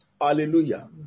Hallelujah